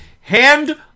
hand